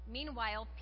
Meanwhile